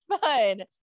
fun